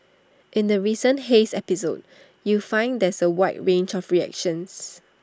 in the recent haze episode you find there's A wide range of reactions